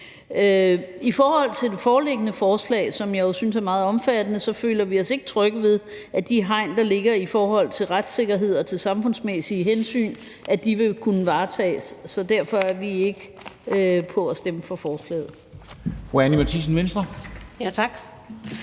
I forhold til det foreliggende forslag, som jeg jo synes er meget omfattende, føler vi os ikke trygge ved, at de hegnspæle, der er i forhold til retssikkerhed og samfundsmæssige hensyn, vil kunne holde, så derfor er vi ikke indstillet på at stemme for forslaget.